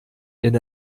denn